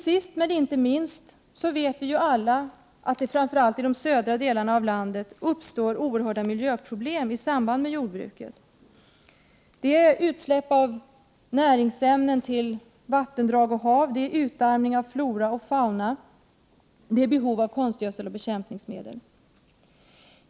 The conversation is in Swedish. Sist, men inte minst, vet vi alla att det framför allt i de södra delarna av landet uppstår oerhörda miljöproblem i samband med jordbruket. Det är utsläpp av näringsämnen till vattendrag och hav. Det är utarmning av flora och fauna. Det är behov av konstgödsel och bekämpningsmedel.